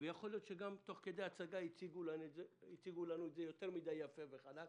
ויכול להיות שתוך כדי הצגה הציגו לנו את זה יותר מדי יפה וחלק,